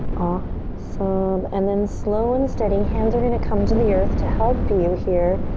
ah so um and then slow and steady hands are gonna come to the earth to help you here.